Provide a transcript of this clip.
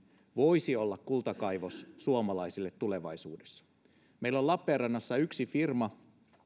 voisi olla kultakaivos suomalaisille tulevaisuudessa meillä on lappeenrannassa yksi firma